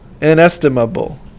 Inestimable